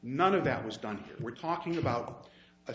none of that was done we're talking about